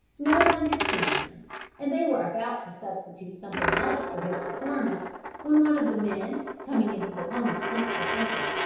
no one had seen him and they were about to substitute something else for his performance when one of the men, coming into the ponies' tent for something,